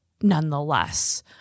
nonetheless